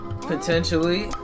Potentially